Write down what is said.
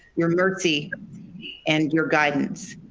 your mercy and your guidance.